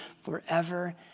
forever